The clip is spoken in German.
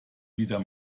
wieder